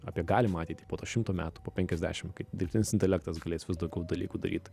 apie galimą ateitį po to šimto metų po penkiasdešim kaip dirbtinis intelektas galės vis daugiau dalykų daryt